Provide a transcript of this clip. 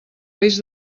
risc